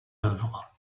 œuvres